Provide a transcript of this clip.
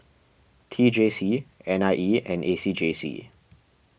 T J C N I E and A C J C